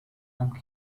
and